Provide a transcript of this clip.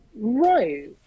Right